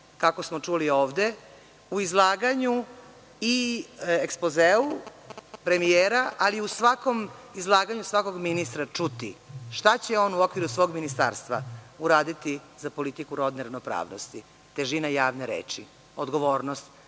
kako smo čuli ovde, u izlaganju i ekspozeu premijera, ali i u svakom izlaganju ministra čuti šta će on u okviru svog ministarstva uraditi za politiku rodne ravnopravnosti. Težina javne reči, odgovornost